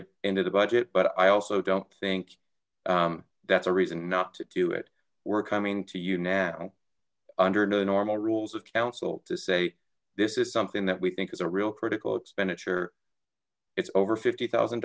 it into the budget but i also don't think that's a reason not to do it we're coming to you now under the normal rules of counsel to say this is something that we think is a real critical expenditure it's over fifty thousand